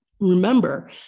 Remember